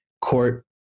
court